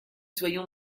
soyons